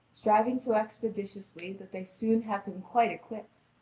striving so expeditiously that they soon have him quite equipped.